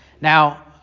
Now